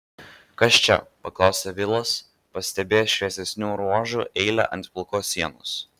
kas čia paklausė vilas pastebėjęs šviesesnių ruožų eilę ant pilkos sienos